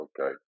okay